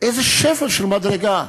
לאיזה שפל של מדרגה?